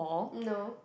no